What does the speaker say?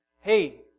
hey